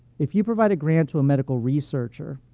if you provide a grant to a medical researcher,